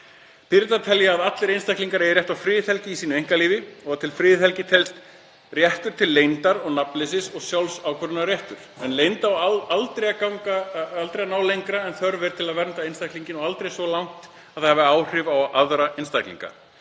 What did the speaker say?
Píratar telja að allir einstaklingar eigi rétt á friðhelgi í sínu einkalífi. Til friðhelgi telst réttur til leyndar og nafnleysis, og sjálfsákvörðunarréttur. En leynd á aldrei að ná lengra en þörf er til að vernda einstaklinginn og aldrei svo langt að það hafi áhrif á aðra einstaklinga.